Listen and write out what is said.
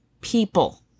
People